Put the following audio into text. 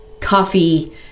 coffee